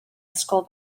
ysgol